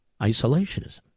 Isolationism